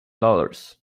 dollars